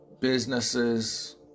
Businesses